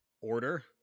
order